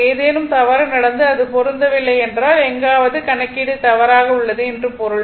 ஏதேனும் தவறு நடந்து அது பொருந்தவில்லை என்றால் எங்காவது r கணக்கீடு தவறாக உள்ளது என்று பொருள்